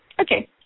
Okay